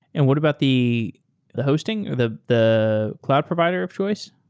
and what about the the hosting? the the cloud provider of choice?